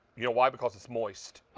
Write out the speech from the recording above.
you know why, because it's moist.